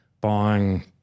buying